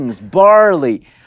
barley